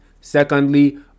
Secondly